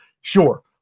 Sure